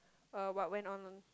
uh what went on on